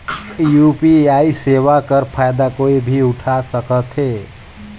UPI सेवा कर फायदा कोई भी उठा सकथे?